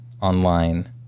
online